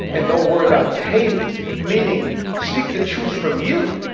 and don't worry about the haters. meaning speak the truth from you,